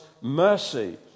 mercy